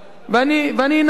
ואני אנמק,